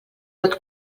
pot